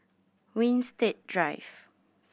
Winstedt Drive